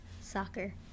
Soccer